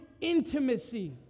intimacy